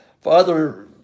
Father